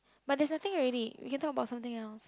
but there's nothing already we can talk about something else